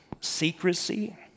secrecy